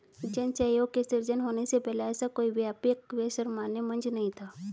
जन सहयोग के सृजन होने के पहले ऐसा कोई व्यापक व सर्वमान्य मंच नहीं था